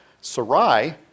Sarai